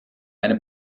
eine